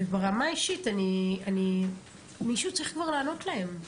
ברמה האישית, מישהו כבר צריך לענות להם,